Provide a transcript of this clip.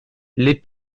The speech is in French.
les